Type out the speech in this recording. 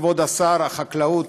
כבוד שר החקלאות,